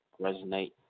resonate